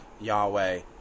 Yahweh